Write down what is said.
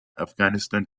afghanistan